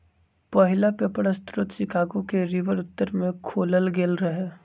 पहिला पेपर स्रोत शिकागो के रिवर उत्तर में खोलल गेल रहै